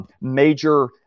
major